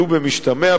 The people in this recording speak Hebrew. ולו במשתמע,